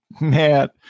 Man